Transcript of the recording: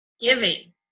giving